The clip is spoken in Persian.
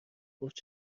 گفت